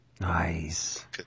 Nice